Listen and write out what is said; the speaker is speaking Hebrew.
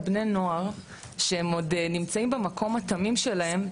בני נוער שהם עוד נמצאים במקום התמים שלהם,